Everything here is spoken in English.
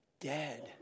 Dead